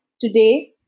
today